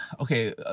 Okay